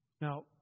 Now